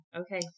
okay